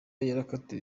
yarakatiwe